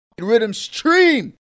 Rhythmstream